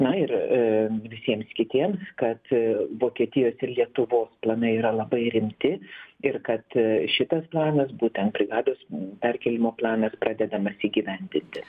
na ir visiems kitiems kad vokietijos ir lietuvos planai yra labai rimti ir kad šitas planas būtent brigados perkėlimo planas pradedamas įgyvendinti